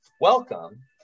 welcome